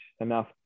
enough